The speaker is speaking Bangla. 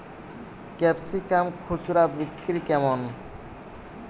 ক্যাপসিকাম খুচরা বিক্রি কেমন?